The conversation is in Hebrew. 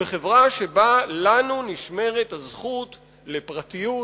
בחברה שבה נשמרת לנו הזכות לפרטיות,